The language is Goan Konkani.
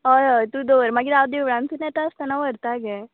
हय हय तूं दवर मागीर हांव देवळानसून येता आस्तना व्हरता गे